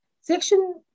Section